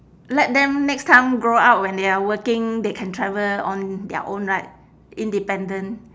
let them next time grow up when they are working they can travel on their own right independent